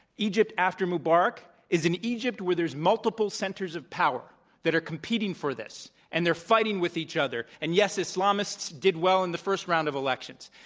egypt after mubarak is an egypt where there're multiple centers of power that are competing for this. and they're fighting with each other. and, yes, islamists did well in the first round of elections.